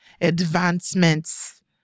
advancements